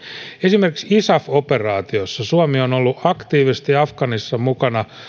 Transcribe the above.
esimerkiksi isaf operaatiossa suomi on ollut aktiivisesti afganistanissa mukana